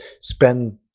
spend